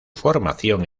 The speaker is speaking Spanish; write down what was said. formación